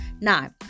Now